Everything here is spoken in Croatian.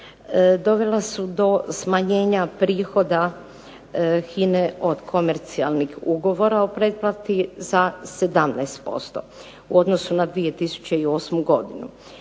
dovela su do smanjenja prihoda HINA-e od komercijalnih ugovora o pretplati za 17%, u odnosu na 2008. godinu,